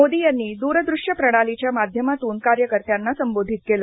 मोदी यांनी द्रदृश्य प्रणालीच्या माध्यमातून कार्यकर्त्यांना संबोधित केलं